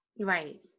right